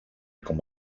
com